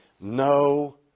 No